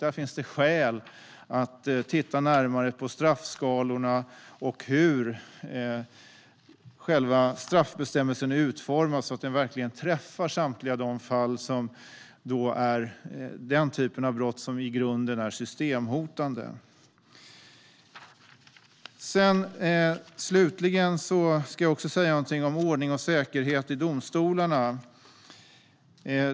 Det finns skäl att titta närmare på straffskalorna och hur själva straffbestämmelsen är utformad så att den verkligen träffar den typen av systemhotande brott. Slutligen vill jag säga något om ordning och säkerhet i domstolarna.